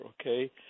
Okay